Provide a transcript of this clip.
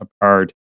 apart